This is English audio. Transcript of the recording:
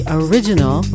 original